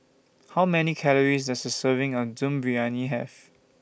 How Many Calories Does A Serving of Dum Briyani Have